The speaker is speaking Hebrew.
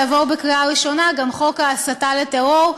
יעבור בקריאה ראשונה גם חוק הסתה לטרור.